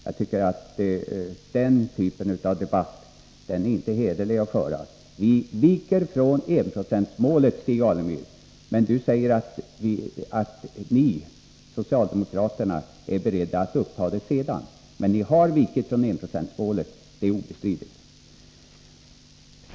Jag tycker att den typen av debatt inte är hederlig. Ni viker från enprocentsmålet. Stig Alemyr säger att socialdemokraterna är beredda att återuppta det senare, men ni har vikit från enprocentsmålet, det är obestridligt.